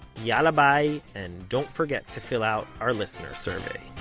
yalla bye and don't forget to fill out our listener survey